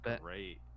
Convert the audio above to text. great